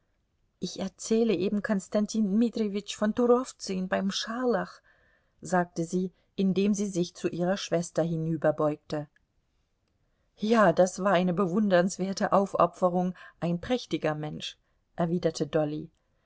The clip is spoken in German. ich erzähle eben konstantin dmitrijewitsch von turowzün beim scharlach sagte sie indem sie sich zu ihrer schwester hinüberbeugte ja das war eine bewundernswerte aufopferung ein prächtiger mensch erwiderte dolly